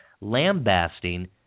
lambasting